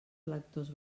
electors